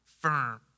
firm